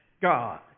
God